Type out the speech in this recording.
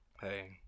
Hey